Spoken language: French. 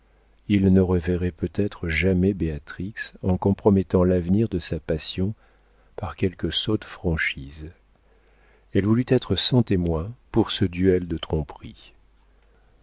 il ne reverrait peut-être jamais béatrix en compromettant l'avenir de sa passion par quelque sotte franchise elle voulut être sans témoin pour ce duel de tromperies